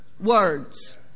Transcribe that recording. words